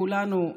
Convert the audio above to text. כולנו,